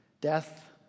death